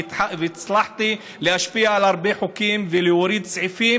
והצלחתי להשפיע על הרבה חוקים ולהוריד סעיפים